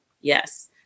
yes